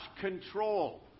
control